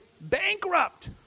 bankrupt